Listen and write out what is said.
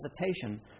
hesitation